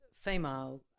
female